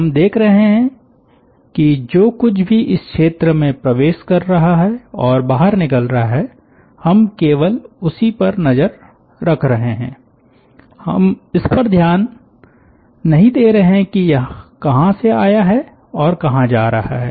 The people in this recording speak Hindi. हम देख रहे हैं कि जो कुछ भी इस क्षेत्र में प्रवेश कर रहा है और बाहर निकल रहा है हम केवल उसी पर नज़र रख रहे हैं हम इस पर ध्यान नहीं दे रहे हैं कि यह कहाँ से आया है और कहाँ जा रहा है